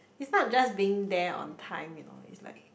it's not just being there on time you know it's like